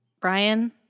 Brian